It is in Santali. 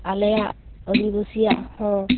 ᱟᱞᱮᱭᱟᱜ ᱟᱹᱫᱤᱵᱟᱹᱥᱤᱭᱟᱜ ᱦᱚᱸ